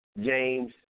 James